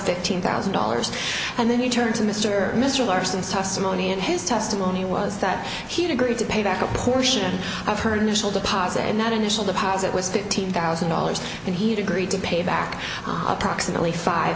fifteen thousand dollars and then you turn to mr mr larson's testimony and his testimony was that he had agreed to pay back a portion of her national deposit and that initial deposit was fifteen thousand dollars and he had agreed to pay back up proximately five